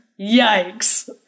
Yikes